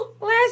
Last